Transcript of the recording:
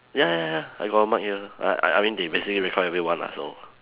ya ya ya I got a mic here like I I mean they basically record everyone lah so